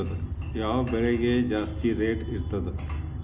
ಯಾವ ಬೆಳಿಗೆ ಜಾಸ್ತಿ ರೇಟ್ ಇರ್ತದ?